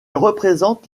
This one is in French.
représente